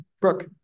Brooke